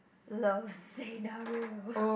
love scenario